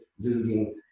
looting